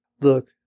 Look